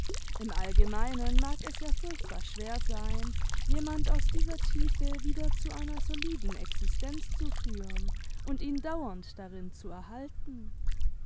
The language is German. im allgemeinen mag es ja furchtbar schwer sein jemand aus dieser tiefe wieder zu einer soliden existenz zu führen und ihn dauernd darin zu erhalten